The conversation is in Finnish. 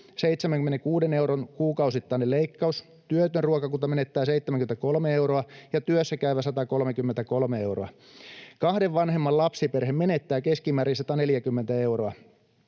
76 euron kuukausittainen leikkaus, työtön ruokakunta menettää 73 euroa ja työssäkäyvä 133 euroa. Kahden vanhemman lapsiperhe menettää keskimäärin 140 euroa.